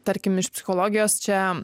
tarkim iš psichologijos čia